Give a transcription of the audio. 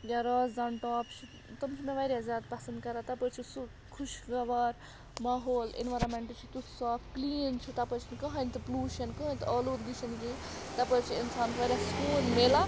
یا رازدان ٹاپ چھُ تِم چھِ مےٚ واریاہ زیادٕ پَسنٛد کَران تَپٲرۍ چھُ سُہ خوشگوار ماحول ایٚنورانمیٚنٛٹ چھُ تیٛتھ صاف کٔلیٖن چھُ تَپٲرۍ چھُنہٕ کٕہٲنۍ تہِ پوٚلوٗشَن کٕہٲنۍ تہِ آلوٗدگی چھَنہٕ کِہیٖنۍ تَپٲرۍ چھُ انسانَس واریاہ سکوٗن میلان